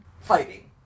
fighting